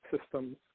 systems